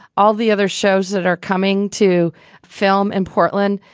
all the other shows that are coming to film in portland.